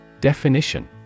Definition